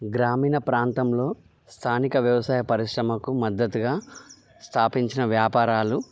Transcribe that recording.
గ్రామీణ ప్రాంతంలో స్థానిక వ్యవసాయ పరిశ్రమకు మద్దతుగా స్థాపించిన వ్యాపారాలు